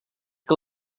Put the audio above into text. que